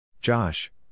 Josh